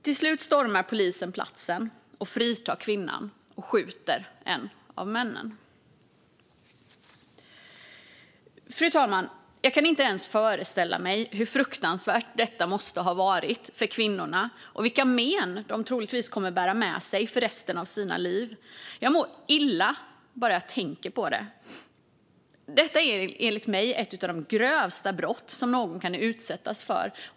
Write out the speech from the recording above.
Till slut stormar polisen platsen, fritar kvinnan och skjuter en av männen. Fru talman! Jag kan inte ens föreställa mig hur fruktansvärt detta måste ha varit för kvinnorna och vilka men de troligtvis kommer att bära med sig för resten av sina liv. Jag mår illa bara jag tänker på det. Detta är enligt mig ett av de grövsta brott som någon kan utsättas för.